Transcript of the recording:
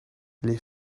les